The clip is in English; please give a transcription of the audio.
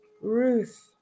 Ruth